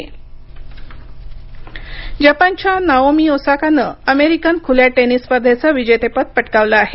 tennis जपानच्या Naomi ओसाकानं अमेरिक खुल्या टेनिस स्पर्धेचं विजेतपद पटकावलं आहे